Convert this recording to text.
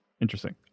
Interesting